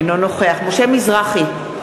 אינו נוכח משה מזרחי,